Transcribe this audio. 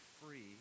free